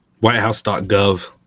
Whitehouse.gov